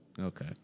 Okay